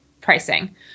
pricing